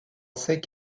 sec